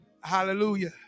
Hallelujah